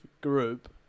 group